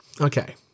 Okay